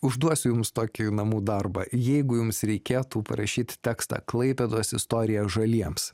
užduosiu jums tokį namų darbą jeigu jums reikėtų parašyt tekstą klaipėdos istorija žaliems